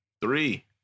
Three